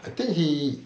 I think he